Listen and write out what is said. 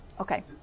Okay